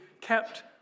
kept